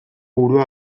burua